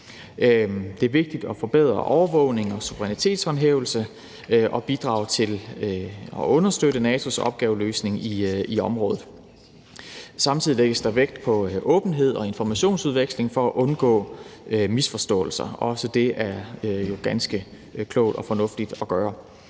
Det er vigtigt at forbedre overvågning og suverænitetshåndhævelse og bidrage til og understøtte NATO's opgaveløsning i området. Samtidig lægges der vægt på åbenhed og informationsudveksling for at undgå misforståelser, og også det er jo ganske klogt og fornuftigt at gøre.